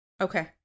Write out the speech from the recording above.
Okay